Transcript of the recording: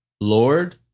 Lord